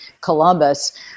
Columbus